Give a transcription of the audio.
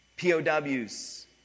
POWs